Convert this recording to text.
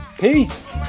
peace